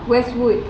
west wood